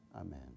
Amen